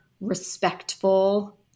respectful